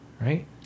right